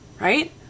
right